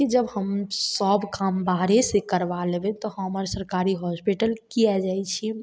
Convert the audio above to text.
जब हम सब काम बाहरे से करबा लेबै तऽ हम आब सरकारी हॉस्पिटल किए जाइ छी